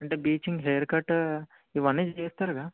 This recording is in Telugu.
అంటే బ్లీచింగ్ హెయిర్కట్ ఇవన్నీ చేస్తారుగా